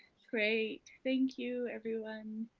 great. thank you, everyone.